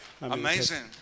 Amazing